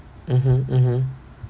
mmhmm mmhmm